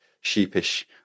sheepish